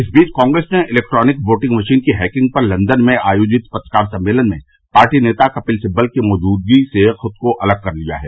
इस बीच कांग्रेस ने इलेक्ट्रॉनिक वोटिंग मशीन की हैकिंग पर लंदन में आयोजित पत्रकार सम्मेलन में पार्टी नेता कपिल सिब्बल की मौजूदगी से खुद को अलग कर लिया है